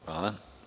Hvala.